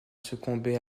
succomber